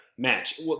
Match